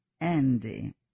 Andy